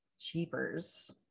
Cheapers